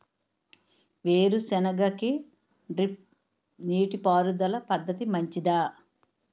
వేరుసెనగ కి డ్రిప్ నీటిపారుదల పద్ధతి మంచిదా?